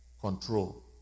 control